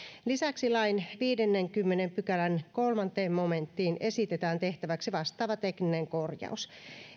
lisäksi lain viidennenkymmenennen pykälän kolmanteen momenttiin esitetään tehtäväksi vastaava tekninen korjaus